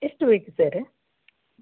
ಎಷ್ಟು ಬೇಕು ಸರ್